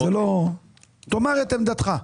תאמר את עמדתך.